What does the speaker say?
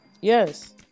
yes